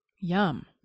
Yum